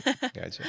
Gotcha